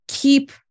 Keep